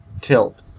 tilt